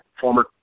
former